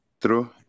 True